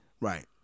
right